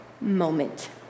moment